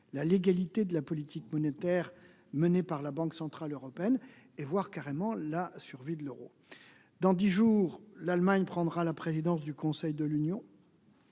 la légalité de la politique monétaire menée par la Banque centrale européenne, menaçant ainsi la survie de l'euro. Dans dix jours, l'Allemagne prendra la présidence du Conseil de l'Union.